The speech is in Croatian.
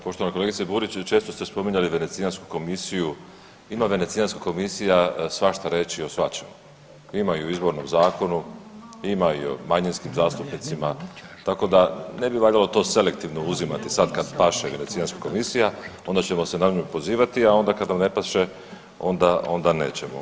Poštovana kolegice Burić, često ste spominjali venecijansku komisiju, ima venecijanska komisija svašta reći o svačemu, ima i o izbornom zakonu, ima i o manjinskim zastupnicima, tako da ne bi valjalo to selektivno uzimati, sad kad paše venecijanska komisija onda ćemo se na nju pozivati, a onda kad nam ne paše onda, onda nećemo.